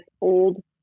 old